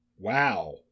Wow